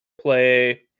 play